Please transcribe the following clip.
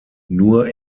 nur